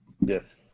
Yes